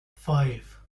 five